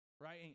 right